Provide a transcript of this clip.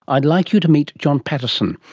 i'd like you to meet john paterson,